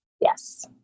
Yes